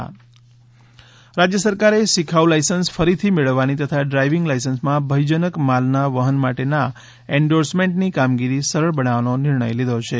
driving licence રાજ્ય સરકારે શીખાઉ લાયસન્સ ફરીથી મેળવવાની તથા ડ્રાઈવીંગ લાયસન્સમાં ભયજનક માલના વહન માટેના એન્ડોર્સમેન્ટની કામગીરી સરળ બનાવવાનો નિર્ણય લીધો છે